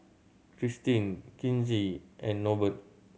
Kristine Kinsey and Norbert